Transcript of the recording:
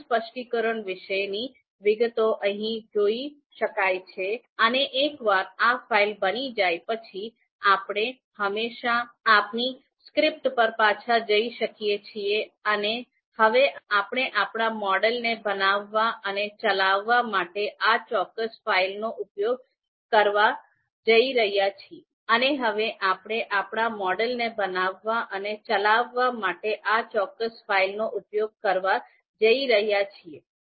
model સ્પષ્ટીકરણ વિશેની વિગતો અહીં જોઈ શકાય છે અને એકવાર આ ફાઇલ બની જાય પછી આપણે હંમેશા આપણી સ્ક્રિપ્ટ પર પાછા જઈ શકીએ છીએ અને હવે આપણે આપણા મોડેલને બનાવવા અને ચલાવવા માટે આ ચોક્કસ ફાઇલનો ઉપયોગ કરવા જઈ રહ્યા છીએ